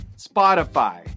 Spotify